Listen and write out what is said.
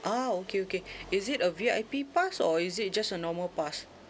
ah okay okay is it a V_I_P pass or is it just a normal pass